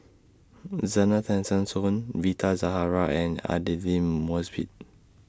Zena Tessensohn Rita Zahara and Aidli Mosbit